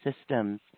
systems